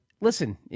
listen